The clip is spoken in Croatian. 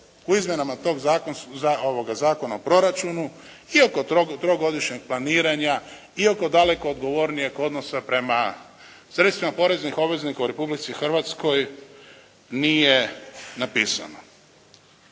u Izmjenama toga Zakona o proračunu i oko trogodišnjeg planiranja i oko daleko odgovornijeg odnosa prema sredstvima poreznih obveznika u Republici Hrvatskoj nije napisana.